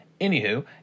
anywho